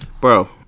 Bro